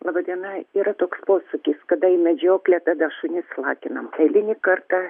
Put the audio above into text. laba diena yra toks posakis kada į medžioklę tada šunys lakinam eilinį kartą